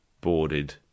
boarded